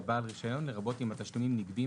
"לבעל רישיון" לרבות אם התשלומים נגבים